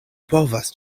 povas